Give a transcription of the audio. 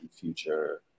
future